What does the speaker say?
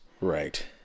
Right